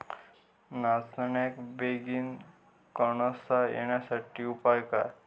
नाचण्याक बेगीन कणसा येण्यासाठी उपाय काय?